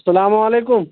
اسلام علیکُم